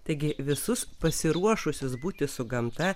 taigi visus pasiruošusius būti su gamta